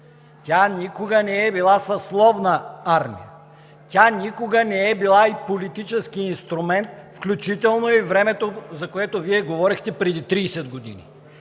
Тя никога не е била съсловна армия. Тя никога не е била и политически инструмент, включително и във времето, за което Вие говорихте – преди 30 години.